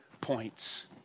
points